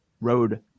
road